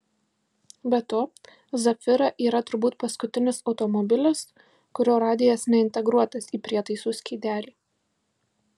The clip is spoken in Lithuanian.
be to zafira yra turbūt paskutinis automobilis kurio radijas neintegruotas į prietaisų skydelį